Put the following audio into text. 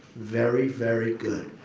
very, very good.